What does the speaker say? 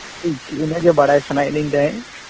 ᱴᱷᱤᱠ ᱤᱱᱟᱹ ᱜᱮ ᱵᱟᱲᱟᱭ ᱥᱟᱱᱟᱭᱮᱫ ᱞᱤᱧ ᱛᱟᱦᱮᱸᱫ